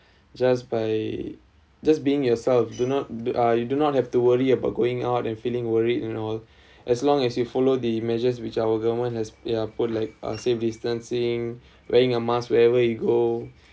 just by just being yourself do not do I do not have to worry about going out and feeling worried and all as long as you follow the measures which our government has ya put like uh safe distancing wearing a mask wherever you go